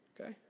Okay